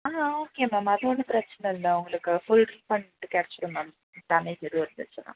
ஆ okay ma'am அது ஒன்றும் பிரச்சனை இல்லை உங்களுக்கு ஃபுல் ரீஃபண்ட் கிடச்சிடும் மேம் டேமேஜ் எதுவும் இருந்துச்சுன்னா